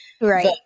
Right